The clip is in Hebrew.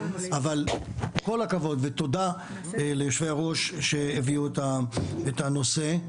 אבל כל הכבוד, ותודה ליושבי-ראש שהביאו את הנושא.